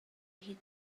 hit